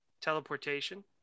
teleportation